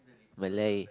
Malay